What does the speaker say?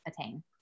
attain